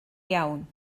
iawn